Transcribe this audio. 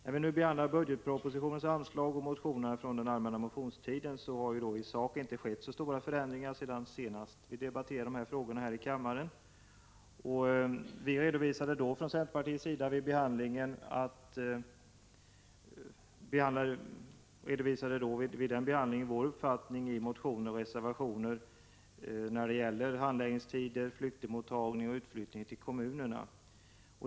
När vi nu behandlar budgetpropositionens anslag och motionerna från allmänna motionstiden har det i sak inte skett så stora förändringar sedan vi senast debatterade de här frågorna här i kammaren. Vi redovisade från centerpartiets sida vid behandlingen i december i motioner och reservationer vår uppfattning när det gäller handläggningstider, flyktingmottagningen och utflyttningen till kommunerna.